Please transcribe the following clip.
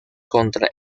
contra